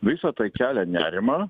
visa tai kelia nerimą